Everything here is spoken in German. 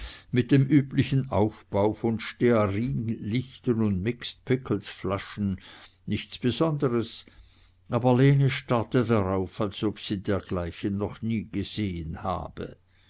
mit dem üblichen aufbau von stearinlichten und mixed pickles flaschen nichts besonders aber lene starrte drauf hin als ob sie dergleichen noch nie gesehen habe